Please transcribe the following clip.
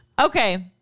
Okay